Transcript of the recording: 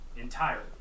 Entirely